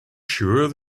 sure